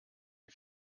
die